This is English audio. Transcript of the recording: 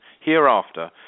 Hereafter